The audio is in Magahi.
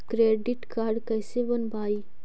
क्रेडिट कार्ड कैसे बनवाई?